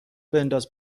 بنداز